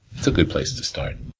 it's a good place to start.